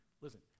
Listen